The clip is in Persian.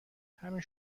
همین